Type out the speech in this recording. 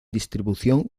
distribución